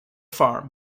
farm